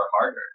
harder